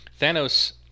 Thanos